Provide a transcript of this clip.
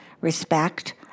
respect